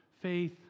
faith